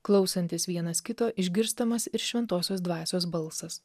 klausantis vienas kito išgirstamas ir šventosios dvasios balsas